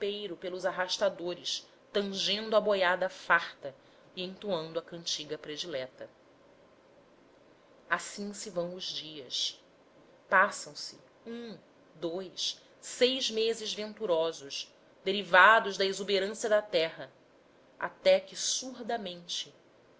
o campeiro pelos arrastadores tangendo a boiada farta e entoando a cantiga predileta assim se vão os dias passam-se um dous seis meses venturosos derivados da exuberância da terra até que